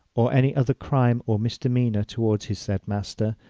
or any other crime or misdemeanor towards his said master,